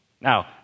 Now